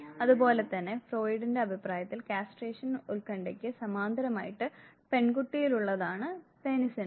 അതുപോലെ തന്നെ ഫ്രോയിഡിന്റെ അഭിപ്രായത്തിൽ കാസ്ട്രേഷൻ ഉത്കണ്ഠയ്ക്ക് സമാന്തരമായിട്ട് പെൺകുട്ടിയിലുള്ളതാണ് പീനസ് എൻവി